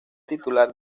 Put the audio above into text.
titular